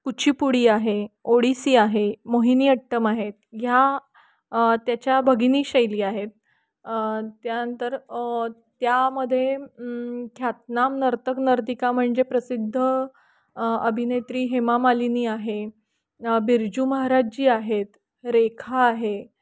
कुचिपुडी आहे ओडिसी आहे मोहिनीअट्टम आहेत ह्या त्याच्या भगिनी शैली आहेत त्यानंतर त्यामध्ये ख्यातनाम नर्तक नर्तिका म्हणजे प्रसिद्ध अभिनेत्री हेमा मालिनी आहे बिरजू महाराजजी आहेत रेखा आहे